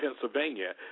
Pennsylvania